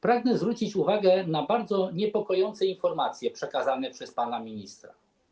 Pragnę zwrócić uwagę na bardzo niepokojące informacje przekazane przez pana ministra.